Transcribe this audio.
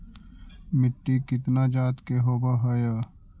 मिट्टी कितना जात के होब हय?